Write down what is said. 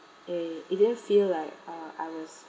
uh it didn't feel like uh I was